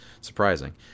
surprising